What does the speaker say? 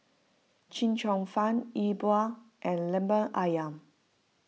Chee Cheong Fun E Bua and Lemper Ayam